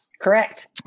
Correct